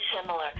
similar